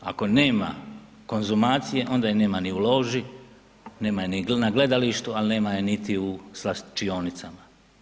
Ako nema konzumacije, onda je nema ni u loži, nema je ni u gledalištu, ali nema je niti u svlačionicama.